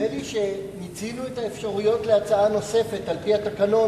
לי שמיצינו את האפשרויות להצעה נוספת על-פי התקנון,